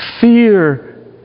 fear